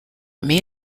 may